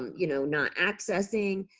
you know not accessing?